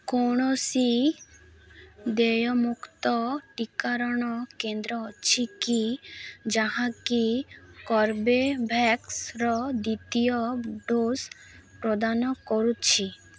କୌଣସି ଦେୟମୁକ୍ତ ଟିକାକରଣ କେନ୍ଦ୍ର ଅଛି କି ଯାହାକି କର୍ବେଭ୍ୟାକ୍ସର ଦ୍ୱିତୀୟ ଡୋଜ୍ ପ୍ରଦାନ କରୁଛି